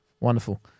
Wonderful